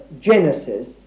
Genesis